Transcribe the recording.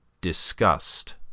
disgust